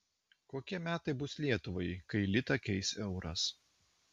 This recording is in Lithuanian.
kokie metai bus lietuvai kai litą keis euras